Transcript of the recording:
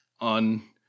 on